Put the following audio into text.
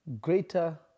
greater